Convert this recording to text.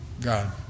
God